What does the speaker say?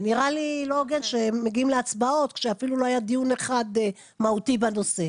ונראה לי לא הוגן שמגיעים להצבעות כשאפילו לא היה דיון אחד מהותי בנושא.